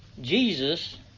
Jesus